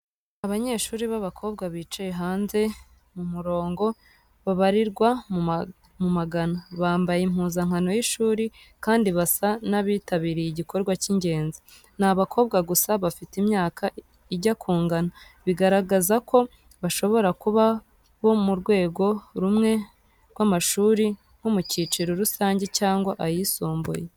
Abanyeshuri b’abakobwa bicaye hanze mu murongo babarirwa mu magana, bambaye impuzankano y’ishuri kandi basa n’abitabiriye igikorwa cy’ingenzi. Ni abakobwa gusa bafite imyaka ijya kungana, bigaragaza ko bashobora kuba bo mu rwego rumwe rw’amashuri nko mu cyiciro rusange cyangwa ayisumbuye.